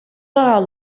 legal